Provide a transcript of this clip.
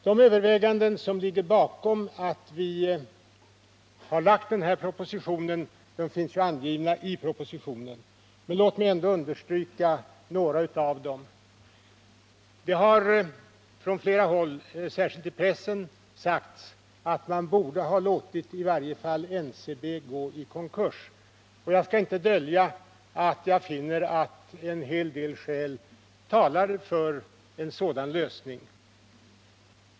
De överväganden som ligger bakom denna propositions framläggande finns angivna i propositionen, men låt mig ändå understryka några av dem. Från flera håll, särskilt i pressen, har det sagts att man i varje fall borde ha låtit NCB gå i konkurs. Jag skall inte dölja att jag finner en hel del skäl tala för en sådan lösning.